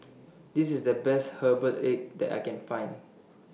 This IS The Best Herbal Egg that I Can Find